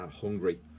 hungry